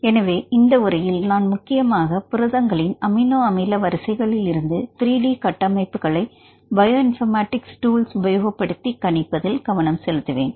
எனவே இந்த உரையில் நான் முக்கியமாக புரதங்களின் அமினோ அமில வரிசைகளில் இருந்து 3 டி கட்டமைப்புகளை பயோ இன்பர்மேட்டிக்ஸ் டூல்ஸ் உபயோக படுத்தி கணிப்பதில் கவனம் செலுத்துவேன்